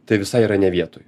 tai visa yra ne vietoj